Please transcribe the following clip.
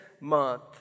month